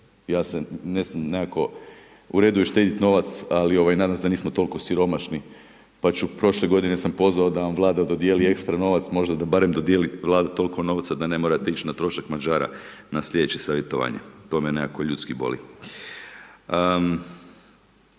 mislim, nekako u redu je štediti novac ali nadam se da nismo toliko siromašni, pa ću, prošle godine sam pozvao da vam Vlada dodijeli ekstra novac, možda da barem dodijeli Vlada toliko novca da ne morate ići na trošak Mađara na slijedeće savjetovanje, to me nekako ljudski boli.